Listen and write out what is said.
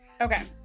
Okay